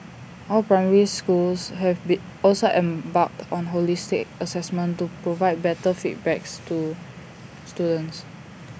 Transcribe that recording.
all primary schools have also embarked on holistic Assessment to provide better feedback to students